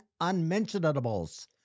unmentionables